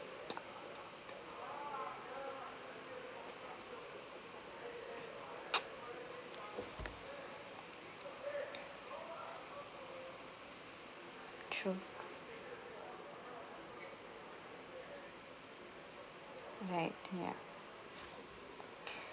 true right ya